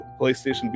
playstation